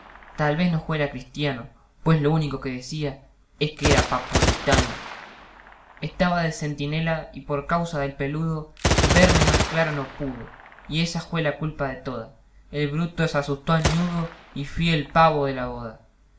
tal vez no juera cristiano pues lo único que decía es que era papolitano estaba de centinela y por causa del peludo verme más claro no pudo y esa jue la culpa toda el bruto se asustó al ñudo y fi el pavo de la boda